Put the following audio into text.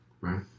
Right